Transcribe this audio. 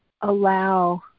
allow